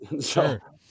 sure